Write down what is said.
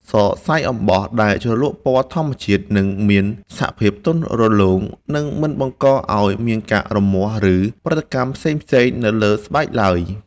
សរសៃអំបោះដែលជ្រលក់ពណ៌ធម្មជាតិ នឹងមានសភាពទន់រលោង និង មិនបង្កឱ្យមានការរមាស់ ឬ ប្រតិកម្មផ្សេងៗនៅលើស្បែកឡើយ។